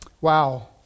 wow